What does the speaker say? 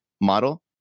model